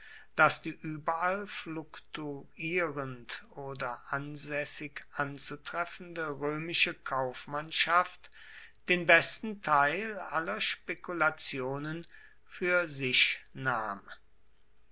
daß die überall fluktuierend oder ansässig anzutreffende römische kaufmannschaft den besten teil aller spekulationen für sich nahm